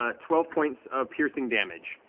ah twelve points of piercing damage.